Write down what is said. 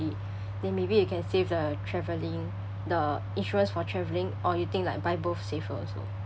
then maybe you can save the travelling the insurance for travelling or you think like buy both safer